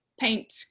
paint